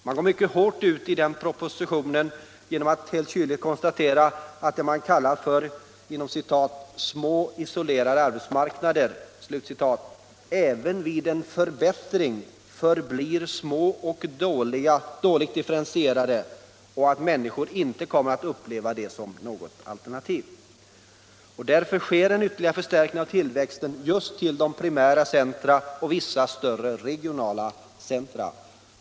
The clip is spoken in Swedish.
Man går i den propositionen mycket hårt ut genom att helt kyligt konstatera att vad man kallar för ”små isolerade arbetsmarknader” även vid en förbättring förblir små och dåligt differentierade och att människor inte kommer att uppleva dem som något alternativ. Därför sker en ytterligare förstärkning av tillväxten just i de primära centra och vissa större regionala centra.